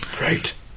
Right